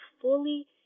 fully